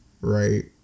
right